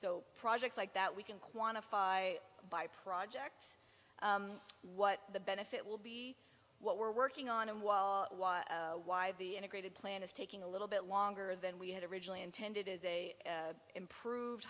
so projects like that we can quantify by projects what the benefit will be what we're working on and why the integrated plan is taking a little bit longer than we had originally intended as a improved